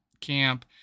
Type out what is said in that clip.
camp